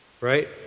right